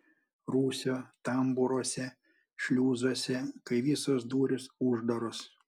rūsio tambūruose šliuzuose kai visos durys uždaros